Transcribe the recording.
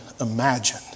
imagine